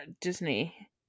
disney